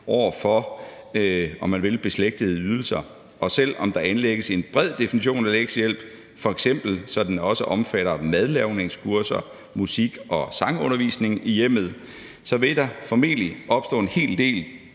fra, om man vil, beslægtede ydelser, og selv om der anlægges en bred definition af lektiehjælp, f.eks. så den også omfatter madlavningskurser og musik- og sangundervisning i hjemmet, vil der formentlig opstå en hel del